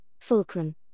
fulcrum